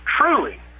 truly